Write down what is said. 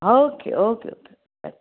okay okay okay bye